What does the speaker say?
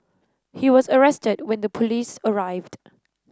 he was arrested when the police arrived